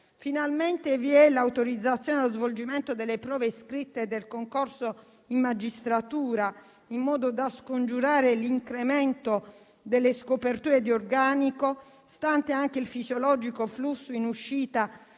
Finalmente vi è l'autorizzazione allo svolgimento delle prove scritte del concorso in magistratura, in modo da scongiurare l'incremento delle scoperture di organico, stante anche il fisiologico flusso in uscita